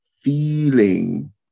feeling